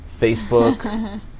Facebook